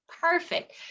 perfect